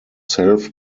self